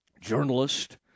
journalist